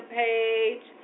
page